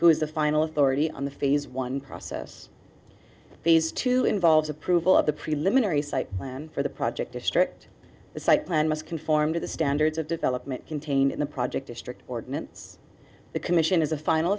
is the final authority on the phase one process these two involves approval of the preliminary site plan for the project district the site plan must conform to the standards of development contained in the project district ordinance the commission is a final